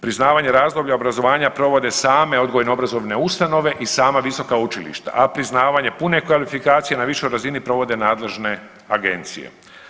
Priznavanje razdoblja obrazovanja provode same odgojno-obrazovne ustanove i sama visoka učilišta, a priznavanje puno kvalifikacije na višoj razini provode nadležne agencije.